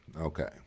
Okay